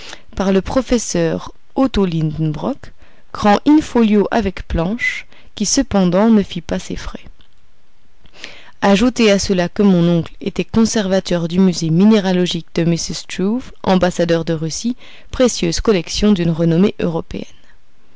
par le professeur otto lidenbrock grand in-folio avec planches qui cependant ne fit pas ses frais ajoutez à cela que mon oncle était conservateur du musée minéralogique de m struve ambassadeur de russie précieuse collection d'une renommée européenne